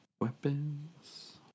Weapons